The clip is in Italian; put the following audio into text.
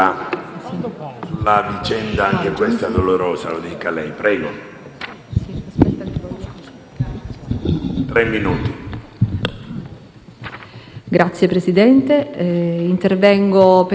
Signor Presidente, intervengo per condividere una breve riflessione su un tragico e recente fatto di cronaca